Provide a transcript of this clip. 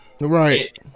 right